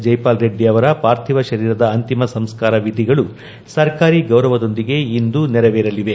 ಜೈಪಾಲ್ ರೆಡ್ಡಿ ಅವರ ಪಾರ್ಥಿವ ಶರೀರದ ಅಂತಿಮ ಸಂಸ್ಕಾರ ವಿಧಿಗಳು ಸರ್ಕಾರಿ ಗೌರವದೊಂದಿಗೆ ಇಂದು ನೆರವೇರಲಿವೆ